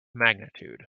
magnitude